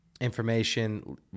information